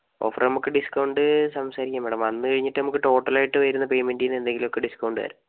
offer നമുക്ക് discount സംസാരിക്കാം madam വന്നുകഴിഞ്ഞിട്ട് നമുക്ക് ടോട്ടലായിട്ട് വരുന്ന പേയ്മെൻറ്റീന്ന് എന്തെങ്കിലൊക്കെ ഡിസ്കൗണ്ട് തരാം